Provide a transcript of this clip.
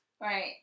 right